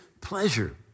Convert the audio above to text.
pleasure